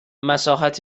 مساحت